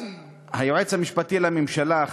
היועץ המשפטי לממשלה,